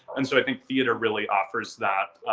and so i think theater really offers that,